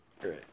Great